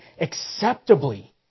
acceptably